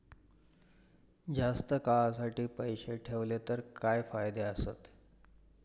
जास्त काळासाठी पैसे ठेवले तर काय फायदे आसत?